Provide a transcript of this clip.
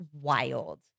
wild